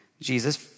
Jesus